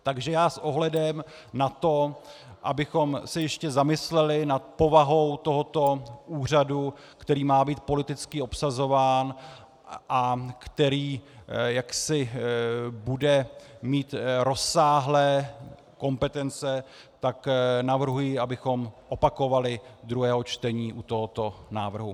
Takže já s ohledem na to, abychom se ještě zamysleli nad povahou tohoto úřadu, který má být politicky obsazován a který bude mít rozsáhlé kompetence, navrhuji, abychom opakovali druhé čtení u tohoto návrhu.